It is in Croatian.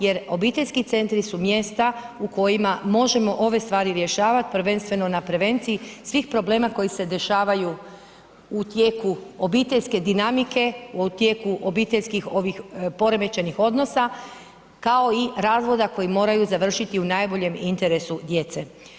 Jer obiteljski centri su mjesta u kojima možemo ove stvari rješavati, prvenstveno na prevenciji svih problema koji se dešavaju u tijeku obiteljske dinamike, u tijeku obiteljskih ovih poremećajnih odnosa kao i razvoda koji moraju završiti u najboljem interesu djece.